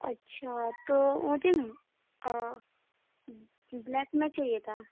اچھا تو autumn black میں چاہیے تھا